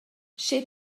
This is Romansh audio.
sche